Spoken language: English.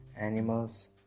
animals